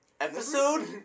Episode